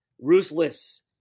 ruthless